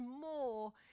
more